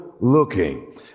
looking